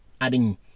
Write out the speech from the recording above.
adding